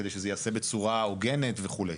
כדי שזה ייעשה בצורה הוגנת וכו'.